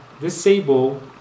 disable